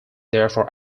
therefore